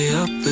up